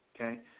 okay